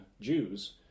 Jews